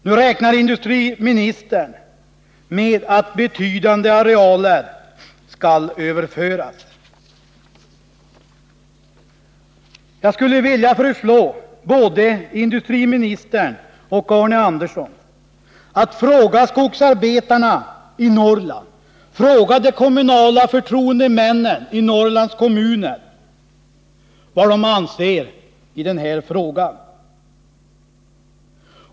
Nu räknar industriministern med att betydande arealer skall överföras. Jag skulle vilja föreslå både industriministern och Arne Andersson att fråga skogsarbetarna i Norrland och de kommunala förtroendemännen i Norrlands kommuner vad de anser i den här frågan.